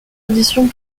auditions